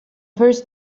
first